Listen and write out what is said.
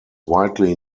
widely